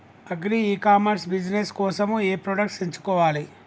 Agri e commerce business కోసము ఏ products ఎంచుకోవాలి?